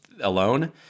alone